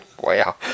Wow